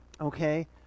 Okay